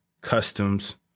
customs